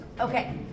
Okay